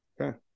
Okay